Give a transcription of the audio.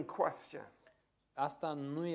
question